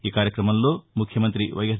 ఈ కార్యక్రమంలో ముఖ్యమంత్రి వైఎస్